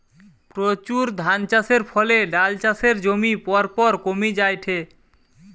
প্রচুর ধানচাষের ফলে ডাল চাষের জমি পরপর কমি জায়ঠে